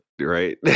Right